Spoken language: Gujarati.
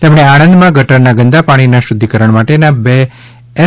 તેમણે આણંદમાં ગટરના ગંદા પાણીના શુદ્ધિકરણ માટેના બે એસ